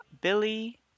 Billy